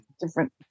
different